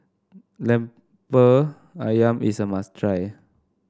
Lemper ayam is a must try